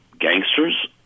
gangsters